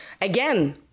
Again